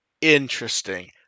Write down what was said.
interesting